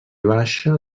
baixa